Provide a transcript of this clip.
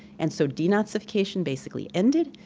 and so denazification basically ended.